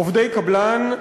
עובדי קבלן,